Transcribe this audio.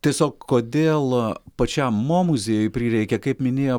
tiesiog kodėl pačiam mo muziejui prireikė kaip minėjo